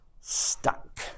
stuck